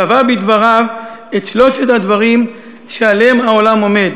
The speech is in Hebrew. קבע בדבריו את שלושת הדברים שעליהם העולם עומד: